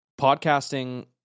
Podcasting